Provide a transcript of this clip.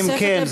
אם כן,